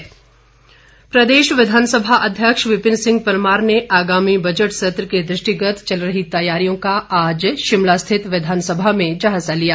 जायज़ा प्रदेश विधानसभा अध्यक्ष विपिन सिंह परमार ने आगामी बजट सत्र के दृष्टिगत चल रही तैयारियों का आज शिमला स्थित विधानसभा में जायजा लिया